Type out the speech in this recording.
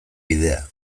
bidea